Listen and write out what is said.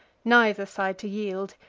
neither side to yield,